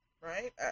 Right